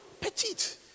Petite